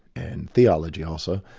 and theology also,